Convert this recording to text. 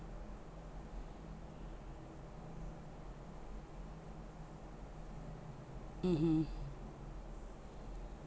mmhmm